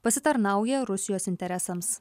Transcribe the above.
pasitarnauja rusijos interesams